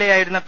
എയായിരുന്ന P